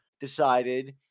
decided